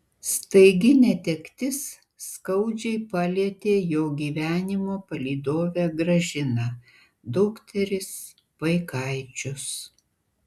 staigi netektis skaudžiai palietė jo gyvenimo palydovę gražiną dukteris vaikaičius